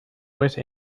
voice